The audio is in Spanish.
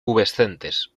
pubescentes